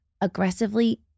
Aggressively